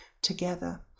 together